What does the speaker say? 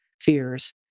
fears